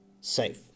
safe